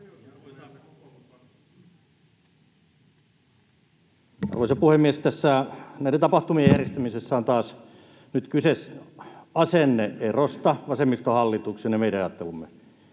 Arvoisa puhemies! Tässä näiden tapahtumien järjestämisessä on nyt taas kyse asenne-erosta vasemmistohallituksen ja meidän ajattelumme